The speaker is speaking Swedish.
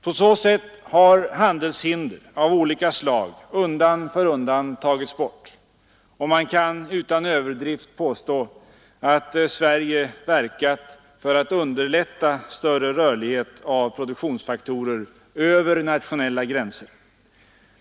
På så sätt har handelshinder av olika slag undan för undan tagits bort. Och man kan utan överdrift påstå att Sverige har verkat för att underlätta större rörlighet av produktionsfaktorer över nationella gränser.